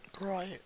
Right